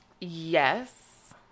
Yes